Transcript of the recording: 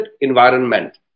environment